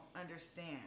understand